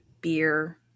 beer